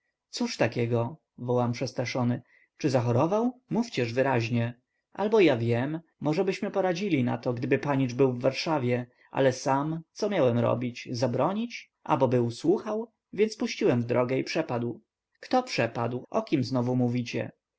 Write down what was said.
cóż takiego wołam przestraszony czy zachorował mówcież wyraźnie albo ja wiem możebyśmy poradzili na to gdyby panicz był w warszawie ale sam co miałem robić zabronić abo by usłuchał więc puściłem w drogę i przepadł kto przepadł o kim znowu mówicie